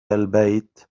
البيت